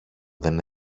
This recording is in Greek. δεν